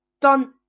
done